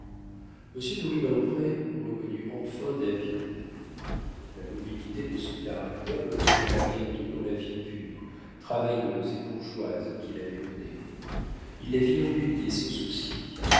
monsieur de rubempré reconnut enfin david la mobilité de son caractère le rejeta bientôt dans la vie pure travailleuse et bourgeoise qu'il avait menée il la vit embellie et sans soucis